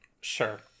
sure